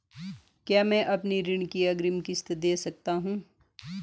क्या मैं अपनी ऋण की अग्रिम किश्त दें सकता हूँ?